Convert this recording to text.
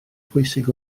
pwysig